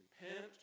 Repent